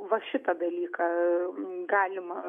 va šitą dalyką galima